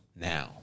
now